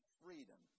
freedom